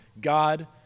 God